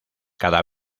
cada